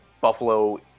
Buffalo